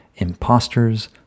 imposters